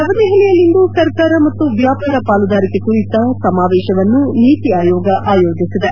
ನವದೆಹಲಿಯಲ್ಲಿಂದು ಸರ್ಕಾರ ಮತ್ತು ವ್ಯಾಪಾರ ಪಾಲುದಾರಿಕೆ ಕುರಿತ ಸಮಾವೇಶವನ್ನು ನೀತಿ ಆಯೋಗ ಆಯೋಜಿಸಿದೆ